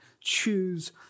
choose